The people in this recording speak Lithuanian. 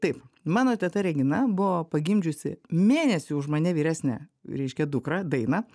taip mano teta regina buvo pagimdžiusi mėnesį už mane vyresnę reiškia dukrą dainą